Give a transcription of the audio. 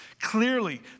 Clearly